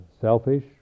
selfish